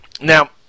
Now